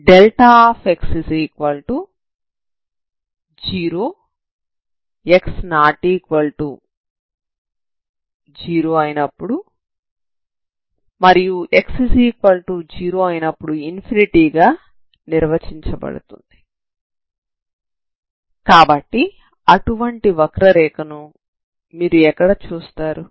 x0 x≠0 ∞ x0 అని మీకు తెలిస్తే అటువంటి వక్ర రేఖను మీరు ఎక్కడ చూస్తారు